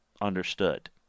understood